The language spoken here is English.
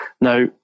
Now